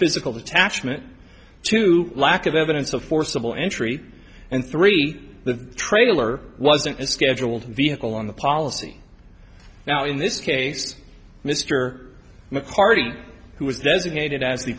physical attachment to lack of evidence of forcible entry and three the trailer wasn't a scheduled vehicle on the policy now in this case mr mccarty who was designated as the